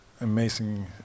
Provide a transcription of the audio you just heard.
amazing